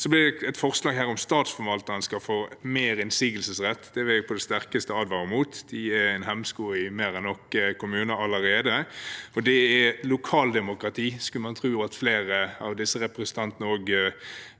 Det er et forslag her om at statsforvalterne skal få mer innsigelsesrett. Det vil jeg på det sterkeste advare mot. De er en hemsko i flere enn nok kommuner allerede, og lokaldemokrati skulle man tro flere av disse representantene